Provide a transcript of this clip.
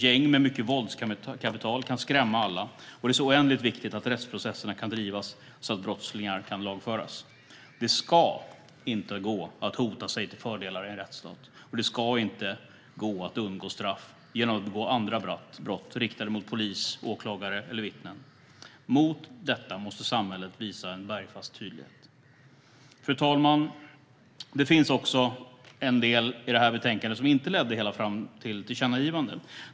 Gäng med mycket våldskapital kan skrämma alla, och det är så oändligt viktigt att rättsprocesserna kan drivas så att brottslingar kan lagföras. Det ska inte gå att hota sig till fördelar i en rättsstat. Det ska inte gå att undgå straff genom att begå andra brott riktade mot polis, åklagare eller vittnen. Mot detta måste samhället visa en bergfast tydlighet. Fru talman! Det finns också med en del i detta betänkande som inte ledde hela vägen fram till ett tillkännagivande.